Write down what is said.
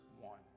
one